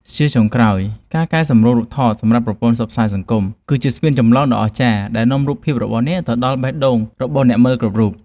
ជាចុងក្រោយ ការកែសម្រួលរូបថតសម្រាប់ប្រព័ន្ធផ្សព្វផ្សាយសង្គម គឺជាស្ពានចម្លងដ៏អស្ចារ្យដែលនាំរូបភាពរបស់អ្នកឱ្យទៅដល់បេះដូងរបស់អ្នកមើលគ្រប់រូប។